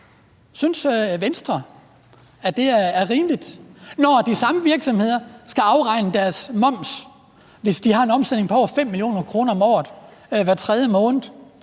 Synes Venstre, at det er rimeligt, når de samme virksomheder skal afregne deres moms hver 3. måned, hvis de har en omsætning på over 5 mio. kr. om året. Har de en